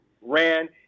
ran